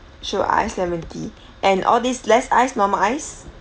sure iced lemon tea and all these less ice normal ice